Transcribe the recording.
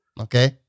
Okay